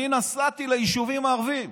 אני נסעתי ליישובים הערביים.